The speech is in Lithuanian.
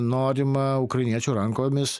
norima ukrainiečių rankomis